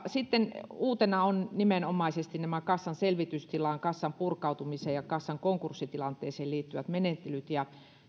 uutena ovat nimenomaisesti nämä kassan selvitystilaan kassan purkautumiseen ja kassan konkurssitilanteeseen liittyvät menettelyt